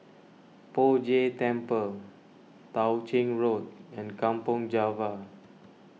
Poh Jay Temple Tao Ching Road and Kampong Java